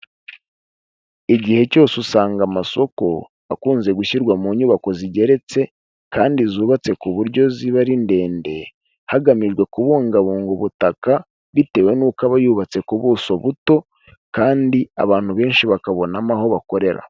Igihe cyose usanga amasoko akunze gushyirwa mu nyubako zigeretse kandi zubatse ku buryo ziba ari ndende, hagamijwe kubungabunga ubutaka bitewe n'uko aba yubatse ku buso buto, kandi abantu benshi bakabonamo aho bakorera.